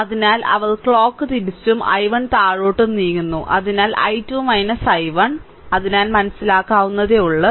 അതിനാൽ അവർ ക്ലോക്ക് തിരിച്ചും I1 താഴോട്ടും നീങ്ങുന്നു അതിനാൽ I2 I1 അതിനാൽ മനസ്സിലാക്കാവുന്നതേയുള്ളൂ